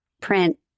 print